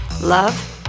love